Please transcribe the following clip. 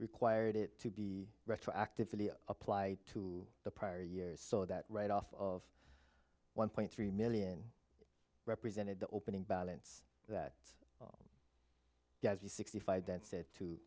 required it to be retroactively apply to the prior years so that right off of one point three million represented the opening balance that gives you sixty five that said to